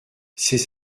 ces